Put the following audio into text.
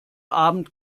abend